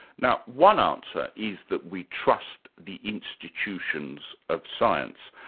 now, one answer is that we trust the institutions of science.